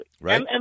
Right